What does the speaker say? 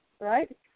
Right